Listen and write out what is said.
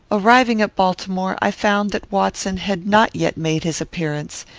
arriving at baltimore, i found that watson had not yet made his appearance.